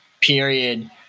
period